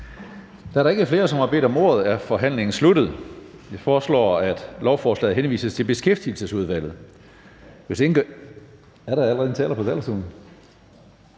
Da der ikke er flere, som har bedt om ordet, er forhandlingen sluttet. Jeg foreslår, at lovforslaget henvises til Beskæftigelsesudvalget. Hvis ingen gør indsigelse, betragter